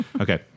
Okay